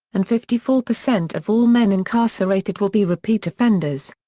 and fifty four percent of all men incarcerated will be repeat offenders.